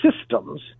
systems